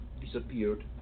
disappeared